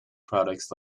products